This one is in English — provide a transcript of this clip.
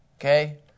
okay